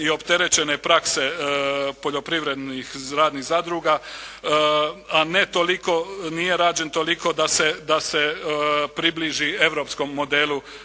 i opterećene prakse poljoprivrednih radnih zadruga, a ne toliko, nije rađen toliko da se približi europskom modelu